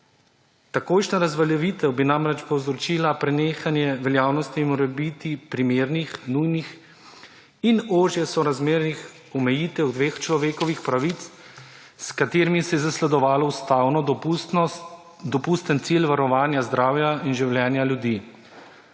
Takojšnja razveljavitev bi namreč povzročila prenehanje veljavnosti morebiti primernih, nujnih in ožje sorazmernih omejitev dveh človekovih pravic, s katerimi se je zasledovalo ustavno dopusten cilj varovanja zdravja in življenja ljudi.